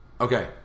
okay